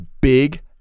big